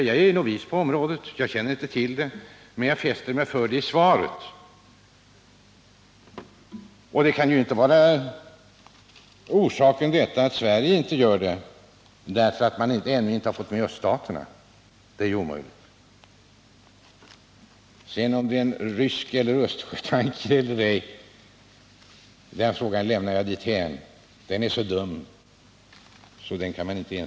Jag är novis på området, jag känner inte till det, men jag fäste mig vid detta i svaret. Orsaken till att Sverige inte gör detta kan inte vara att man ännu inte har fått med öststaterna — det är ju omöjligt. Frågan om det är en rysk tanker eller en Östersjötanker lämnar jag därhän; den är så dum att man inte ens kan besvara den.